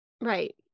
Right